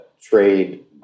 trade